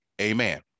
Amen